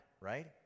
right